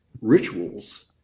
rituals